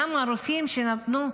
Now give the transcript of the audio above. למה רופאים שנתנו,